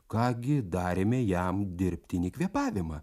ką gi darėme jam dirbtinį kvėpavimą